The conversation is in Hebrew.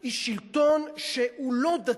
היא שלטון שהוא לא דתי,